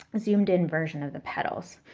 zoomed in version of the petals.